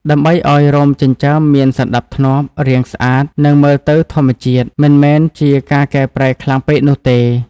ដើម្បីឲ្យរោមចិញ្ចើមមានសណ្តាប់ធ្នាប់ រាងស្អាត និងមើលទៅធម្មជាតិ មិនមែនជាការកែប្រែខ្លាំងពេកនោះទេ។